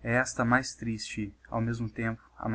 é esta a mais triste e ao mesmo tempo a